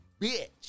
bitch